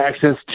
access